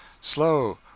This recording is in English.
Slow